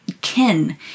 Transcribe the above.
kin